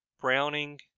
Browning